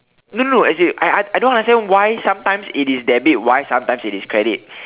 no no no as in I I don't understand why sometimes it is debit why sometimes it is credit